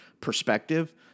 perspective